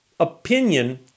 opinion